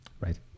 Right